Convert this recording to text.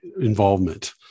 involvement